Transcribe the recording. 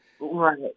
Right